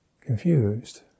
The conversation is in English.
confused